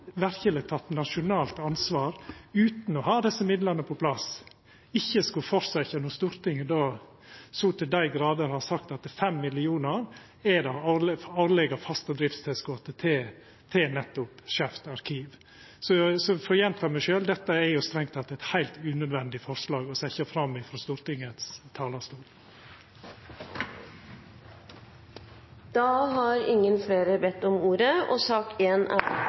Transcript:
nasjonalt ansvar utan å ha desse midlane på plass, ikkje skulle fortsetja med det når Stortinget så til dei grader har sagt at 5 mill. kr er det årlege faste driftstilskotet til nettopp Skeivt arkiv. Så for å gjenta meg sjølv: Dette er strengt teke eit heilt unødvendig forslag å setja fram frå Stortingets talarstol. Flere har ikke bedt om ordet til sak